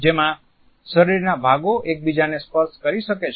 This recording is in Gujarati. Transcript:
જેમાં શરીરના ભાગો એકબીજાને સ્પર્શ કરી શકે છે